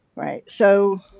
right. so,